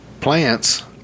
plants